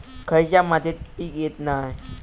खयच्या मातीत पीक येत नाय?